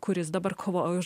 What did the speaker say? ir kuris dabar kovoja už